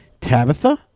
Tabitha